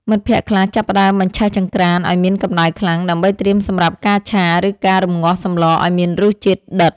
មិត្តភក្តិខ្លះចាប់ផ្ដើមបញ្ឆេះចង្ក្រានឱ្យមានកម្ដៅខ្លាំង ដើម្បីត្រៀមសម្រាប់ការឆា ឬការរំងាស់សម្លឱ្យមានរសជាតិដិត។